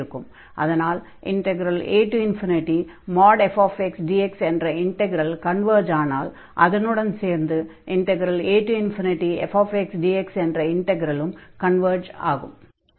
அதனால் afdx என்ற integral converge ஆனால் அதனுடன் சேர்ந்து afdx என்ற இன்டக்ரலும் கன்வர்ஜ் ஆகும்